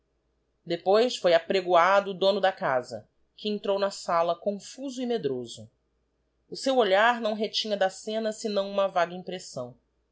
depois foi apregoado o dono da casa que entrou na sala confuso e medroso o seu olhar não retinha da scena sinão uma vaga impressão